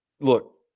look